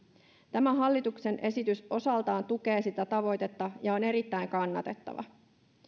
tämä hallituksen esitys osaltaan tukee sitä tavoitetta ja on erittäin kannatettava